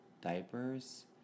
diapers